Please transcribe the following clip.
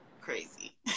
Crazy